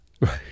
Right